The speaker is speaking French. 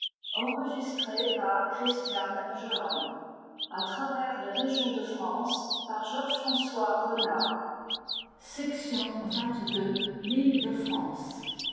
les régions de france